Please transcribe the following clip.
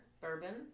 Bourbon